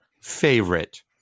favorite